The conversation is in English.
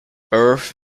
earth